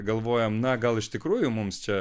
galvojam na gal iš tikrųjų mums čia